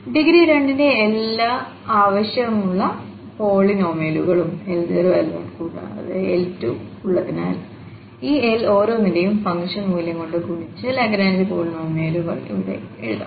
degree 2 ന്റെ എല്ലാ ആവശ്യമുള്ള പോളിനോമിയലുകളും L0 L1കൂടാതെ L2 ഉള്ളതിനാൽ ഈ L ഓരോന്നിന്റെയും ഫംഗ്ഷൻ മൂല്യം കൊണ്ട് ഗുണിച് ലാഗ്രാഞ്ച് പോളിനോമിയലുകൾ ഇപ്പോൾ എഴുതാം